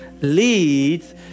leads